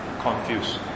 confused